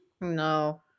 No